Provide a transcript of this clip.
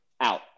out